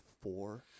four